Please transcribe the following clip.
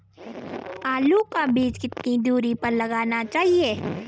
आलू का बीज कितनी दूरी पर लगाना चाहिए?